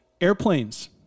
Airplanes